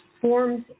Forms